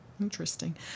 interesting